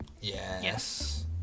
yes